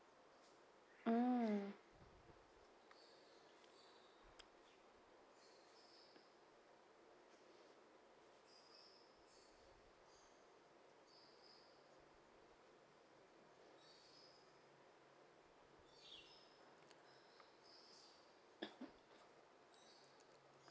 mm